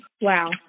Wow